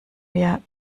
wir